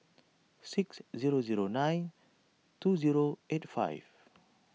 six zero zero nine two zero eight five